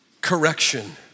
correction